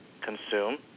consume